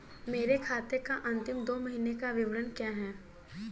मेरे खाते का अंतिम दो महीने का विवरण क्या है?